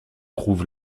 trouve